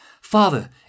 Father